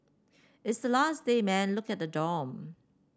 it's the last day man look at the dorm